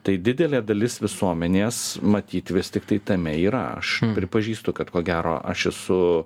tai didelė dalis visuomenės matyt vis tiktai tame yra aš pripažįstu kad ko gero aš esu